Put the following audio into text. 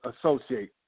associate